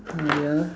!huh! ya